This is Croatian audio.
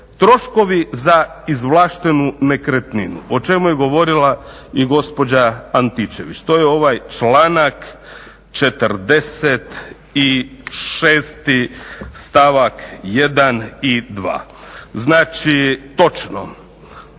Troškovi za izvlaštenu nekretninu o čemu je govorila i gospođa Antičević. To je ovaj članak 46. stavak 1. i 2. Znači točno,